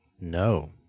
No